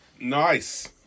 Nice